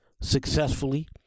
successfully